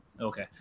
Okay